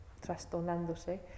trastornándose